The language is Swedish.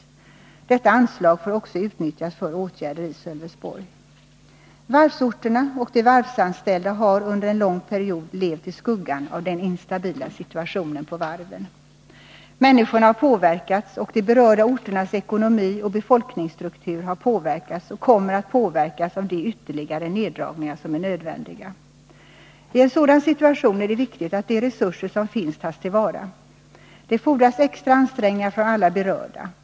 Detta anslag får också utnyttjas för åtgärder i Sölvesborg. Varvsorterna och de varvsanställda har under en lång period levt i skuggan av den instabila situationen på varven. Människorna har påverkats, och de berörda orternas ekonomi och befolkningsstruktur har påverkats och kommer att påverkas av de ytterligare neddragningar som är nödvändiga. I en sådan situation är det viktigt att man tar till vara de resurser som finns. Det fordras extra ansträngningar från alla berörda.